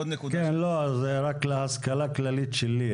רק להשכלה הכללית שלי,